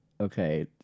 okay